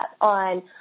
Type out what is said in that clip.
on